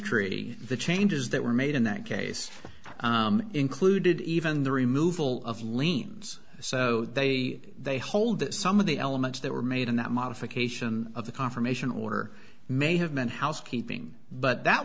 tree the changes that were made in that case included even the removal of liens so they they hold that some of the elements that were made in that modification of the confirmation order may have meant housekeeping but that